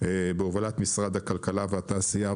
בהובלת משרד הכלכלה והתעשייה,